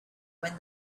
when